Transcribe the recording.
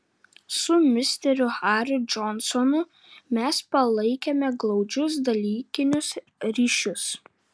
su misteriu hariu džonsonu mes palaikėme glaudžius dalykinius ryšius